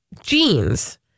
jeans